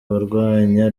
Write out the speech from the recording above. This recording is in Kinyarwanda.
abarwanya